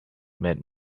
made